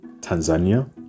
Tanzania